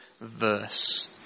verse